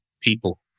people